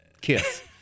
kiss